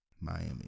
Miami